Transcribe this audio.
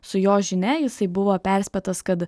su jo žinia jisai buvo perspėtas kad